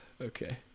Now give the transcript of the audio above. okay